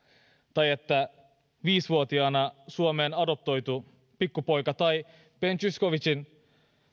tai että viisivuotiaana suomeen adoptoitu pikkupoika tai ben zyskowiczin